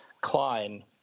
Klein